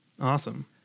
Awesome